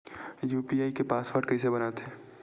UPI के password कइसे बनाथे?